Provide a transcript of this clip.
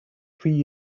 free